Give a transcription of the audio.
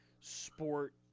sport